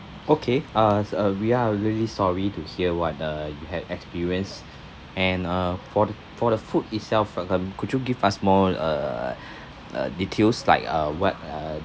okay uh we are really sorry to hear what uh you had experienced and uh for the for the food itself for um could you give us more uh details like uh what uh